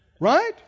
Right